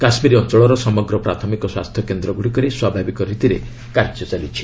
କାଶ୍ମୀର ଅଞ୍ଚଳର ସମଗ୍ର ପ୍ରାଥମିକ ସ୍ୱାସ୍ଥ୍ୟକେନ୍ଦ୍ର ଗୁଡ଼ିକରେ ସ୍ୱାଭାବିକ ରୀତିରେ କାର୍ଯ୍ୟ ଚାଲିଛି